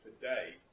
today